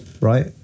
right